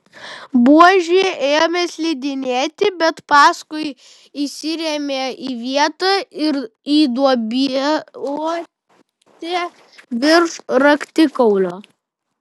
buožė ėmė slidinėti bet paskui įsirėmė į vietą į duobutę virš raktikaulio